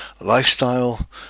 lifestyle